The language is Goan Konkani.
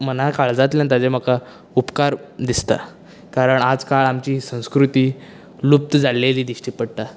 मना काळजांतल्यान ताजे म्हाका उपकार दिसता कारण आज काळ आमची संस्कृती लूप्त जाललेली दिश्टी पडटा